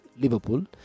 Liverpool